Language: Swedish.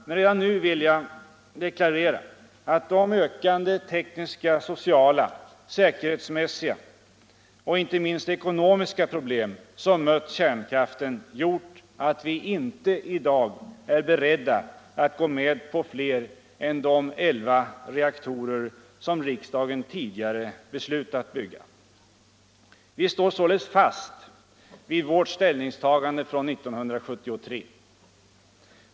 Men redan nu vill jag deklarera att de ökande tekniska, sociala, säkerhetsmässiga och inte minst ekonomiska problem som mött kärnkraften har gjort att vi inte i dag är beredda att gå med på fler än de elva reaktorer som riksdagen tidigare har beslutat att bygga. Vi står således fast vid vårt ställningstagande från 1973.